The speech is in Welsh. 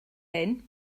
hŷn